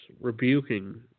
rebuking